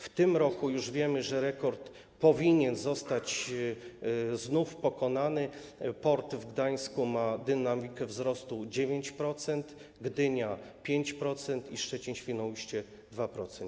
W tym roku już wiemy, że rekord powinien zostać znów pobity: port w Gdańsku ma dynamikę wzrostu 9%, Gdynia - 5%, Szczecin - Świnoujście - 2%.